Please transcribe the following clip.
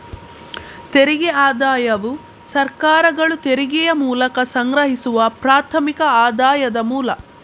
ತೆರಿಗೆ ಆದಾಯವು ಸರ್ಕಾರಗಳು ತೆರಿಗೆಯ ಮೂಲಕ ಸಂಗ್ರಹಿಸುವ ಪ್ರಾಥಮಿಕ ಆದಾಯದ ಮೂಲ